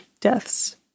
deaths